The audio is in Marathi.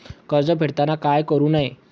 कर्ज फेडताना काय करु नये?